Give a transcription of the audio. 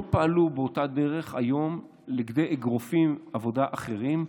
פעלו באותה דרך לכדי אגרופי עבודה אחרים,